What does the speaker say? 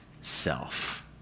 self